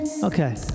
Okay